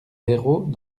héros